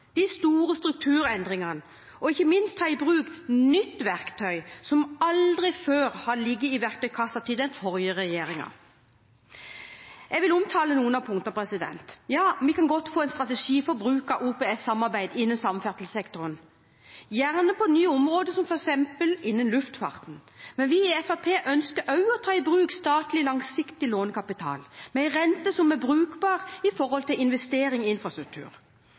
de store strukturendringene – og ikke minst ta i bruk nytt verktøy som aldri har ligget i verktøykassen til den forrige regjeringen. Jeg vil omtale noen av punktene. Vi kan godt få en strategi for bruk av OPS-samarbeid innen samferdselssektoren – gjerne på nye områder, som f.eks. innen luftfarten. Men vi i Fremskrittspartiet ønsker også å ta i bruk statlig, langsiktig lånekapital med en rente som er brukbar med hensyn til å investere i infrastruktur.